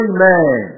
Amen